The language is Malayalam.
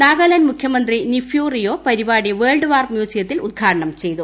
നാഗാലാൻഡ് മുഖ്യമന്ത്രി നിഫ്യൂ റിയോ പരിപാടി വേൾഡ് വാർ മ്യൂസിയത്തിൽ ഉദ്ഘാടനം ചെയ്തു